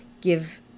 give